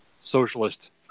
socialist